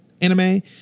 Anime